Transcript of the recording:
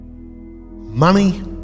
Money